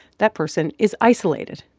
that person is isolated,